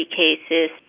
cases